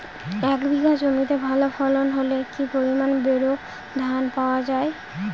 এক বিঘা জমিতে ভালো ফলন হলে কি পরিমাণ বোরো ধান পাওয়া যায়?